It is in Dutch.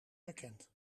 herkent